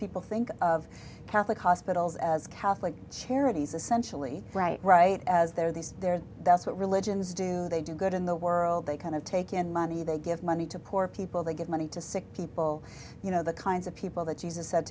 people think of catholic hospitals as catholic charities essentially right as they're these they're that's what religions do they do good in the world they kind of take in money they give money to poor people they give money to sick people you know the kinds of people that use is said